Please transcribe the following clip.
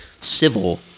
civil